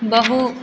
बहु